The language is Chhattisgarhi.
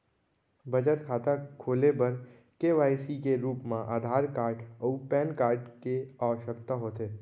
बचत खाता खोले बर के.वाइ.सी के रूप मा आधार कार्ड अऊ पैन कार्ड के आवसकता होथे